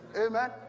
Amen